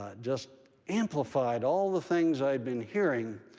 ah just amplified all the things i'd been hearing,